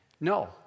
No